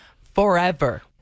forever